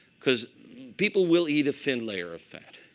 because people will eat a thin layer of fat.